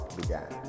began